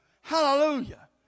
Hallelujah